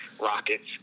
Rockets